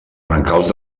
brancals